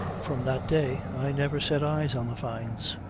from that day i never set eyes on the fynes.